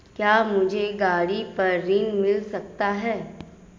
क्या मुझे गाड़ी पर ऋण मिल सकता है?